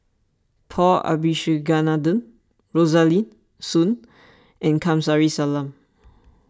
Paul Abisheganaden Rosaline Soon and Kamsari Salam